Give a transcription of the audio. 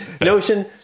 notion